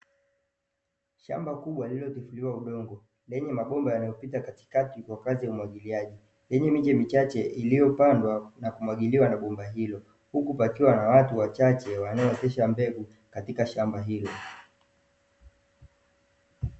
Shamba kubwa lililotifuliwa udongo lenye mabomba yanayopita katikati kwa kazi ya umwagiliaji lenye miche michache iliyopandwa na kumwagiliwa na bomba hilo huku pakiwa na watu wachache katika shamba hilo.